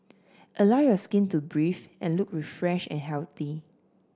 allow your skin to breathe and look refreshed and healthy